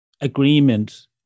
agreement